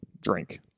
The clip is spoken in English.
drink